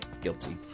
guilty